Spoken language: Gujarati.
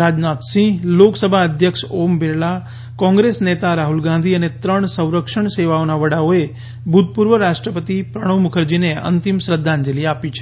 રાજનાથ સિંહ લોકસભા અધ્યક્ષ ઓમ બિરલા કોંગ્રેસ નેતા રાહ્લ ગાંધી અને ત્રણ સંરક્ષણ સેવાઓનાં વડાઓએ ભૂતપૂર્વ રાષ્ટ્રપતિ પ્રણવ મુખરજીને અંતિમ શ્રદ્ધાંજલિ આપી છે